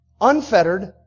unfettered